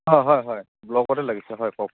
অঁ হয় হয় ব্লকতে লাগিছে হয় কওক